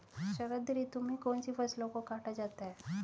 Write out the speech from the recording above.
शरद ऋतु में कौन सी फसलों को काटा जाता है?